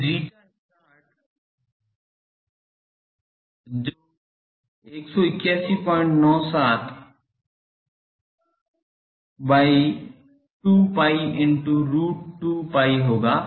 तो zetastart जो 18197 by 2 pi into root 2 pi होगा